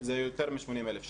זה יותר מ-80,000 שקל.